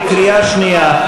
בקריאה שנייה,